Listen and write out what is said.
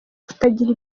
kutagira